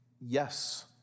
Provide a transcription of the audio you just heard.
yes